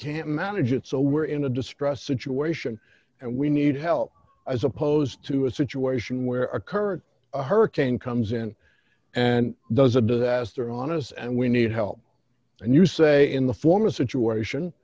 can't manage it so we're in a distressed situation and we need help as opposed to a situation where our current hurricane comes in and does a disaster on us and we need help and you say in the form a situation